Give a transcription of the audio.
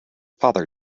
father